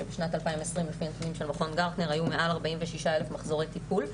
כשבשנת 2020 לפי הנתונים של מכון גרטנר היו מעל 46,000 מחזורי טיפול,